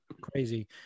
crazy